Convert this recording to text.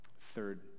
Third